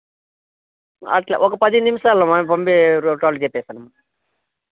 ఒక పదినిమిషాలు అమ్మా